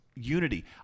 unity